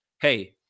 Hey